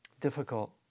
difficult